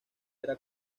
era